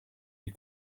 die